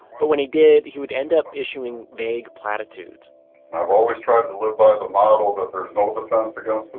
but when he did he would end up issuing vague platitudes now i've always tried to live by the motto that there's no defense against the